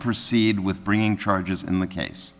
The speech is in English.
proceed with bringing charges in the case